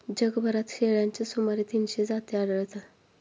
जगभरात शेळ्यांच्या सुमारे तीनशे जाती आढळतात